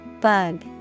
Bug